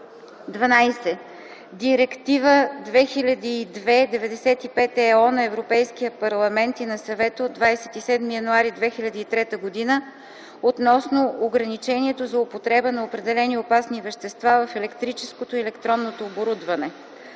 12. Директива 2002/95/ ЕО на Европейския парламент и на Съвета от 27 януари 2003 г. относно ограничението за употребата на определени опасни вещества в електрическото и електронното оборудване.